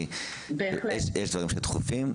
אלה דברים דחופים,